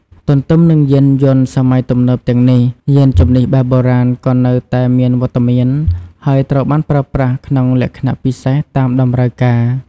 ទន្ទឹមនឹងយានយន្តសម័យទំនើបទាំងនេះ យានជំនិះបែបបុរាណក៏នៅតែមានវត្តមាន ហើយត្រូវបានប្រើប្រាស់ក្នុងលក្ខណៈពិសេសតាមតម្រូវការ។